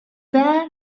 that